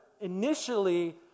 initially